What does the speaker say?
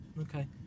okay